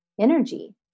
energy